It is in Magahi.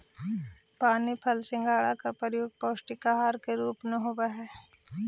पानी फल सिंघाड़ा का प्रयोग पौष्टिक आहार के रूप में होवअ हई